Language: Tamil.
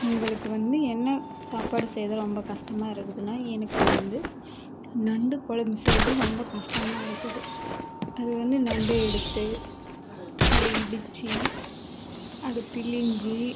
உங்களுக்கு வந்து என்ன சாப்பாடு செய்கிறது ரொம்ப கஷ்டமா இருக்குதுனால் எனக்கு வந்து நண்டு குழம்பு செய்யறது ரொம்ப கஷ்டமா இருக்குது அது வந்து நண்டை எடுத்து அதை இடித்து அதை பிழிஞ்சு